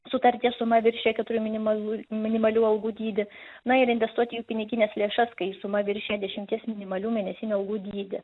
sutarties suma viršija keturių minimal minimalių algų dydį na ir investuoti jų pinigines lėšas kai suma viršija dešimties minimalių mėnesinių algų dydį